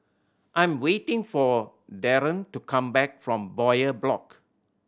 I'm waiting for Dereon to come back from Bowyer Block